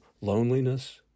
loneliness